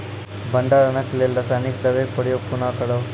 भंडारणक लेल रासायनिक दवेक प्रयोग कुना करव?